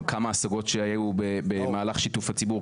כמה השגות שהיו במהלך שיתוף הציבור?